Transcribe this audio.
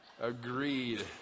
Agreed